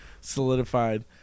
solidified